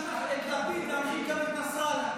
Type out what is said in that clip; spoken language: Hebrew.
אולי נשלח את לפיד להנהיג גם את נסראללה.